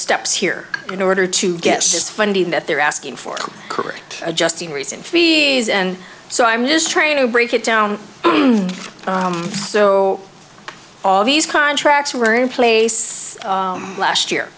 steps here in order to get this funding that they're asking for correct adjusting reason fees and so i'm just trying to break it down so all these contracts were in place last year